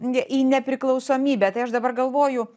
ne į nepriklausomybę tai aš dabar galvoju